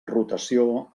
rotació